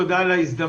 תודה על ההזדמנות.